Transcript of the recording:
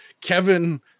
Kevin